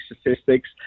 statistics